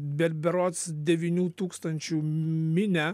bed berods devynių tūkstančių minią